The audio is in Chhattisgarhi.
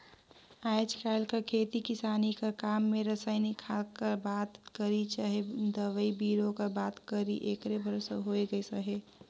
आएज काएल कर खेती किसानी कर काम में रसइनिक खाद कर बात करी चहे दवई बीरो कर बात करी एकरे भरोसे होए गइस अहे